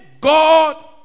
God